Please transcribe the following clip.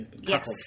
Yes